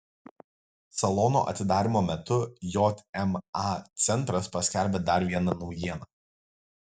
salono atidarymo metu jma centras paskelbė dar vieną naujieną